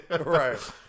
Right